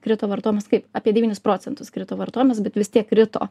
krito vartojimas kaip apie devynis procentus krito vartojimas bet vis tiek krito